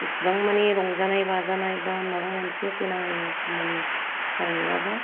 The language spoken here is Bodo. इसिबां मानि रंजानाय बाजानाय बा माबा मोनसे गोनां खामानिथार नङाबा